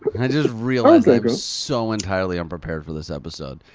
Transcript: i just realized like ah so entirely unprepared for this episode.